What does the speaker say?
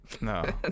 No